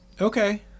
okay